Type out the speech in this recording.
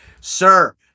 Sir